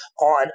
on